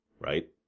Right